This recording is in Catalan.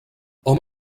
hom